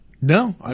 No